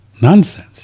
Nonsense